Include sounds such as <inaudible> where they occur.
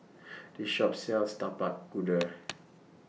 This Shop sells Tapak Kuda <noise>